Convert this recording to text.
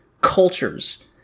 cultures